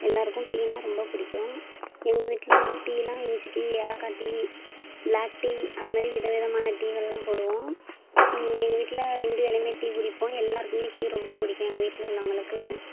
எல்லோருக்கும் டீனால் ரொம்ப பிடிக்கும் எங்கள் வீட்டில் வந்து டீயெல்லாம் இஞ்சி டீ ஏலக்காய் டீ ப்ளாக் டீ அதுமாதிரி விதவிதமான டீகள்லாம் போடுவோம் எங்கள் வீட்டில் ரெண்டு வேளையுமே டீ குடிப்போம் எல்லோருக்குமே டீ ரொம்ப பிடிக்கும் எங்கள் வீட்டில் உள்ளவங்களுக்கு